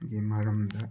ꯒꯤ ꯃꯔꯝꯗ